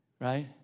Right